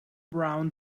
brown